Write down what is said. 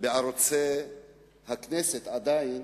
בערוצי הכנסת, עדיין